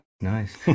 nice